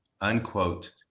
unquote